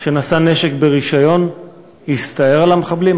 שנשא נשק ברישיון הסתער על המחבלים,